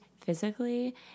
physically